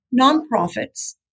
nonprofits